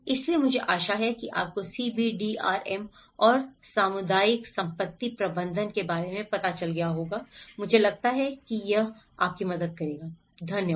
इसलिए मुझे आशा है कि आपको सीबीडीआरएम और सामुदायिक संपत्ति प्रबंधन के बारे में पता चल गया होगा मुझे लगता है कि यह आपकी मदद करेगा धन्यवाद